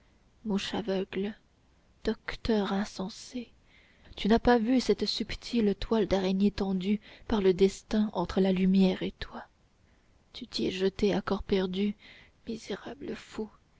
mouche aveugle docteur insensé tu n'as pas vu cette subtile toile d'araignée tendue par le destin entre la lumière et toi tu t'y es jeté à corps perdu misérable fou